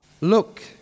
Look